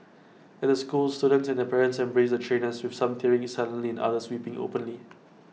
at the school students and their parents embraced the trainers with some tearing silently and others weeping openly